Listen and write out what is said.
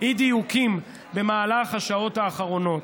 אי-דיוקים במהלך השעות האחרונות,